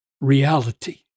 reality